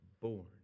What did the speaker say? born